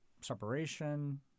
separation